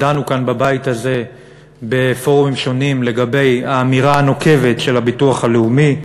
ודנו כאן בבית הזה בפורומים שונים לגבי האמירה הנוקבת של הביטוח הלאומי.